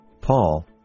Paul